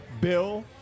Bill